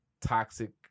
toxic